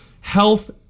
Health